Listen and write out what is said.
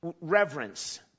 reverence